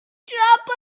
trouble